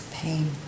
pain